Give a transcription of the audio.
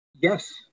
Yes